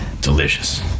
Delicious